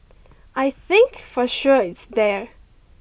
I think for sure it's there